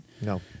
No